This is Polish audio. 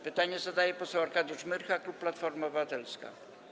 Pytanie zadaje poseł Arkadiusz Myrcha, klub Platforma Obywatelska.